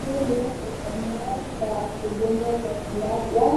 Hili ni eneo la huduma za kiafya .